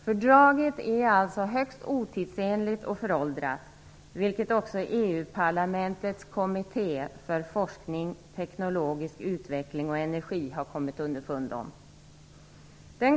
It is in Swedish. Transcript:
Fördraget är alltså högst otidsenligt och föråldrat, vilket också EU-parlamentets kommitté för forskning, teknologisk utveckling och energi har kommit underfund med.